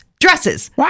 Dresses